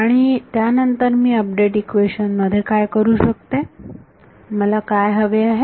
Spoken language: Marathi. आणि त्यानंतर मी अपडेट इक्वेशन मध्ये काय करू शकते मला काय हवे आहे